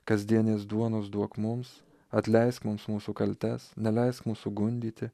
kasdienės duonos duok mums atleisk mums mūsų kaltes neleisk mūsų gundyti